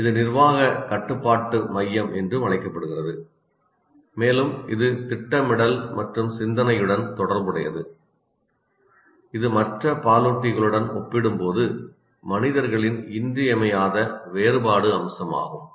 இது நிர்வாக கட்டுப்பாட்டு மையம் என்றும் அழைக்கப்படுகிறது மேலும் இது திட்டமிடல் மற்றும் சிந்தனையுடன் தொடர்புடையது இது மற்ற பாலூட்டிகளுடன் ஒப்பிடும்போது மனிதர்களின் இன்றியமையாத வேறுபாடு அம்சமாகும்